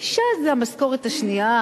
שנייה, אשה זה המשכורת השנייה.